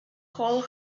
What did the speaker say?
hole